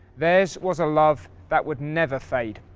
theirs was a love that would never fade